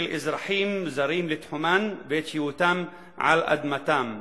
אזרחים זרים לתחומן ואת שהותם על אדמתן.